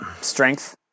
Strength